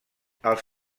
els